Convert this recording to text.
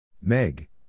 Meg